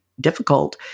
difficult